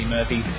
Murphy